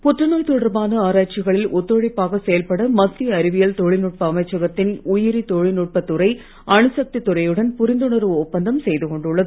புற்றுநோய் தொடர்பான ஆராய்ச்சிகளில் ஒத்துழைப்பாக செயல்பட மத்திய அறிவியல் தொழில்நுட்ப அமைச்சகத்தின் உயிரி தொழில்நுட்ப துறை அணுசக்தி துறையுடன் புரிந்துணர்வு ஒப்பந்தம் செய்து கொண்டுள்ளது